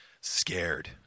Scared